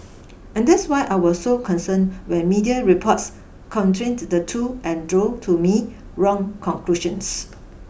and that's why I was so concerned when media reports conflate the two and drew to me wrong conclusions